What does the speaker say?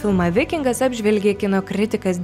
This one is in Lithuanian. filmą vikingas apžvelgė kino kritikas